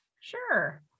Sure